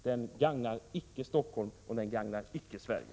Den gagnar icke Stockholm, och den gagnar icke Sverige.